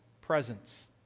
presence